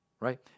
right